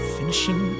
Finishing